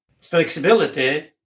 Flexibility